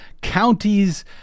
counties